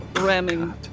ramming